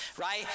right